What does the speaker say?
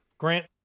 Grant